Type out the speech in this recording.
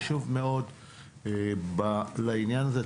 חשוב מאוד לעניין הזה,